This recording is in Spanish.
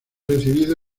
recibido